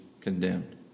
condemned